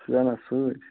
سُے انا سۭتۍ